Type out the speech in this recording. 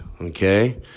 okay